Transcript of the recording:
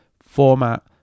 format